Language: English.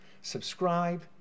subscribe